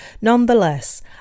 Nonetheless